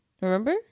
remember